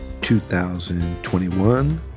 2021